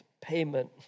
payment